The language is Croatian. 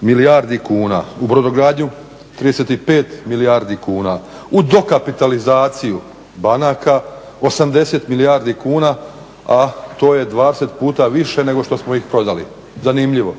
milijardi kuna, u brodogradnju 35 milijardi kuna, u dokapitalizaciju banaka 80 milijardi kuna, a to je 20 puta više nego što smo ih prodali. Zanimljivo?